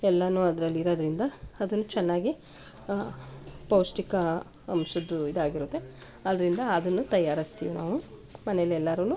ಎಲ್ಲವೂ ಅದರಲ್ಲಿರೋದ್ರಿಂದ ಅದನ್ನ ಚೆನ್ನಾಗಿ ಪೌಷ್ಟಿಕ ಅಂಶದ್ದು ಇದಾಗಿರುತ್ತೆ ಆದ್ದರಿಂದ ಅದನ್ನು ತಯಾರಿಸ್ತೀವಿ ನಾವು ಮನೆಯಲ್ಲೆಲ್ಲರೂನು